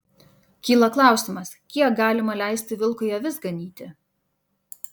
kyla klausimas kiek galima leisti vilkui avis ganyti